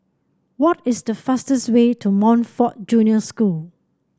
what is the fastest way to Montfort Junior School